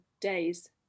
Days